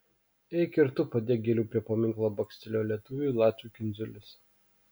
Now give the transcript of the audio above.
eik ir tu padėk gėlių prie paminklo bakstelėjo lietuviui latvių kindziulis